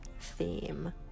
theme